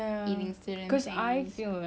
eating certain things